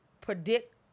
predict